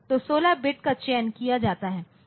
तो 16 बिट का चयन किया जाता है